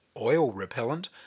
oil-repellent